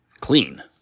Clean